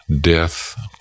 Death